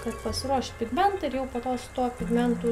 kad pasiruošt pigmentą ir jau po to su tuo pigmentu